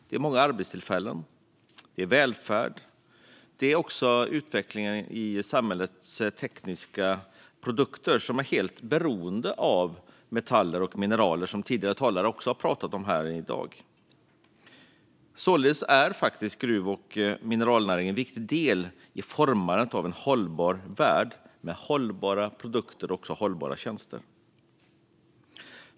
Det är många arbetstillfällen, det är välfärd och det är också utveckling av samhällets tekniska produkter som är helt beroende av metaller och mineral, något som även tidigare talare har pratat om här i dag. Således är gruv och mineralnäringen en viktig del i formandet av en hållbar värld med hållbara produkter och hållbara tjänster.